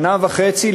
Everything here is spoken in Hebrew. שנה וחצי,